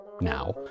now